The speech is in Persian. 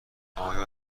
آیا